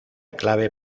clave